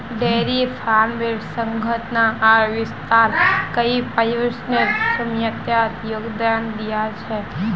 dairy फार्मेर सघनता आर विस्तार कई पर्यावरनेर समस्यात योगदान दिया छे